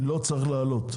לא צריך לעלות.